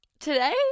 Today